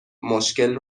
مشکل